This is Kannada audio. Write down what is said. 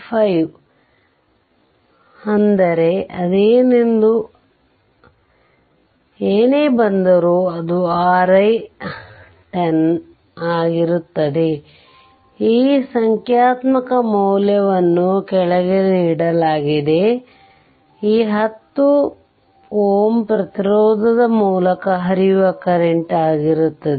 5 10 ಅದು ಏನೇ ಬಂದರೂ ಅದು Ri 10 ಆಗಿರುತ್ತದೆ ಈ ಸಂಖ್ಯಾತ್ಮಕ ಮೌಲ್ಯವನ್ನು ಕೆಳಗೆ ನೀಡಲಾಗಿದೆ ಅದು ಈ 10 ಪ್ರತಿರೋಧದ ಮೂಲಕ ಹರಿಯುವ ಕರೆಂಟ್ ಆಗಿರುತ್ತದೆ